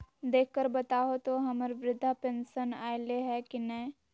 देख कर बताहो तो, हम्मर बृद्धा पेंसन आयले है की नय?